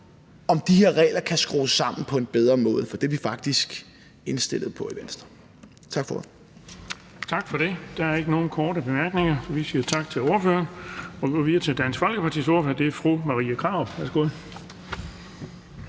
om de her regler kan skrues sammen på en bedre måde. Det er vi faktisk indstillet på i Venstre. Tak for ordet. Kl. 14:44 Den fg. formand (Erling Bonnesen): Tak for det. Der er ingen korte bemærkninger. Vi siger tak til ordføreren og går videre til Dansk Folkepartis ordfører. Det er fru Marie Krarup. Værsgo.